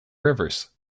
rivers